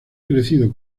crecido